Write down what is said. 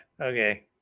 Okay